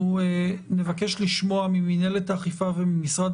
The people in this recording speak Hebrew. אנחנו נבקש לשמוע ממנהלת האכיפה ומשרד